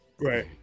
Right